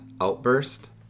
outburst